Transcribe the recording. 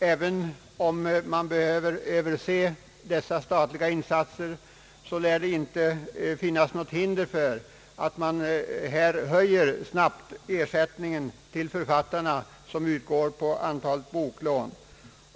Även om man nu behöver överse dessa statliga insatser torde det enligt vår uppfattning inte finnas något hinder för att snabbt höja den ersättning till författarna som utgår för boklån.